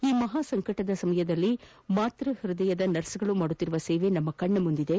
ಈ ಮಹಾಸಂಕಟದ ಸಮಯದಲ್ಲಿ ಮಾತೃ ಹೃದಯದ ನರ್ಸ್ಗಳು ಮಾಡುತ್ತಿರುವ ಸೇವೆ ನಮ್ಮ ಕಣ್ಣ ಮುಂದಿದೆ